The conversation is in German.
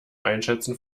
einschätzen